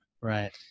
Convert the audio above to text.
Right